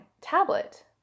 tablet